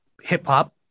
hip-hop